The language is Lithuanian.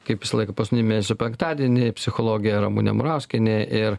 kaip visą laiąk paskutinį penktadienį psichologė ramunė murauskienė ir